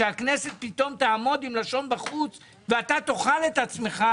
שהכנסת פתאום תעמוד עם לשון בחוץ ואתה תאכל את עצמך,